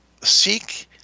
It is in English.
seek